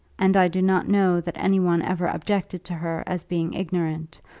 and i do not know that any one ever objected to her as being ignorant,